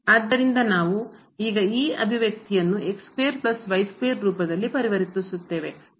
ಆದ್ದರಿಂದ ನಾವು ಈಗ ಈ ಅಭಿವ್ಯಕ್ತಿಯನ್ನು ರೂಪದಲ್ಲಿ ಪರಿವರ್ತಿಸುತ್ತೇವೆ